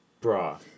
Bra